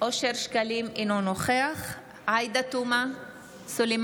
אינו נוכח עאידה תומא סלימאן,